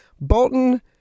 Bolton